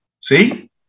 See